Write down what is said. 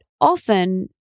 often